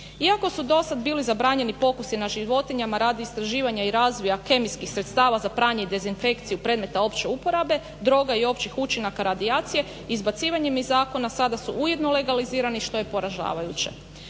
Iako su dosad bili zabranjeni pokusi na životinjama radi istraživanja i razvoja kemijskih sredstava za pranje i dezinfekciju predmeta opće uporabe, droga i općih učinaka radijacije, izbacivanjem iz zakona sada su ujedno legalizirani što je poražavajuće.